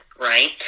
right